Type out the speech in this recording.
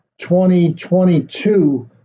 2022